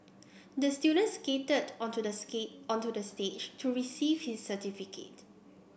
the student skated onto the onto the stage to receive his certificate